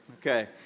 Okay